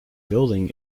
building